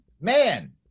man